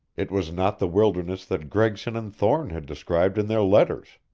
it was not the wilderness that gregson and thorne had described in their letters.